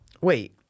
Wait